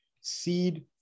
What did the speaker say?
seed